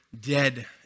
dead